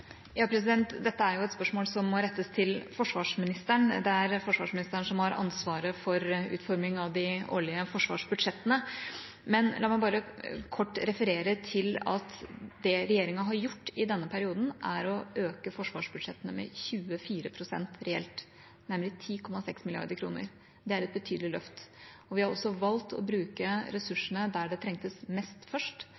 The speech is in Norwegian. Dette er jo et spørsmål som må rettes til forsvarsministeren. Det er forsvarsministeren som har ansvaret for utformingen av de årlige forsvarsbudsjettene. Men la meg bare kort referere til at det regjeringen har gjort i denne perioden, er å øke forsvarsbudsjettene med 24 pst., reelt sett, nemlig 10,6 mrd. kr. Det er et betydelig løft. Vi har også valgt å bruke